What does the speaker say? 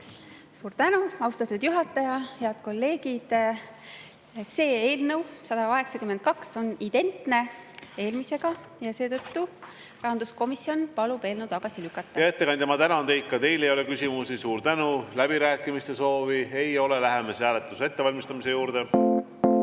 Suur tänu, austatud juhataja! Head kolleegid! Eelnõu 182 on identne eelmisega, seetõttu palub rahanduskomisjon eelnõu tagasi lükata. Hea ettekandja, ma tänan teid! Ka teile ei ole küsimusi. Suur tänu! Läbirääkimiste soovi ei ole. Läheme hääletuse ettevalmistamise juurde.